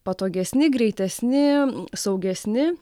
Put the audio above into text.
patogesni greitesni saugesni